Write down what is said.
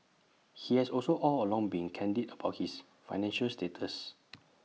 he has also all along been candid about his financial status